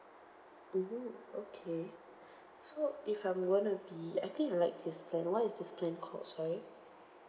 mmhmm okay so if I'm gonna be I think I like this plan what is this plan called sorry